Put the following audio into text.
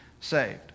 saved